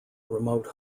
remote